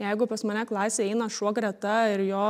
jeigu pas mane klasėj eina šuo greta ir jo